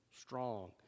strong